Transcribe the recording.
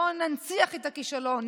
בואו ננציח את הכישלון,